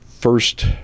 first